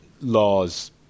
laws